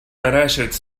наращивать